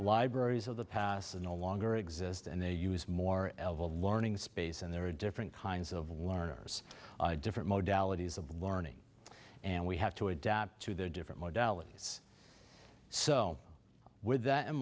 libraries of the past and no longer exist and they use more of a learning space and there are different kinds of learners different modes allergies of learning and we have to adapt to their different modalities so with that in